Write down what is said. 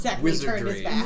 wizardry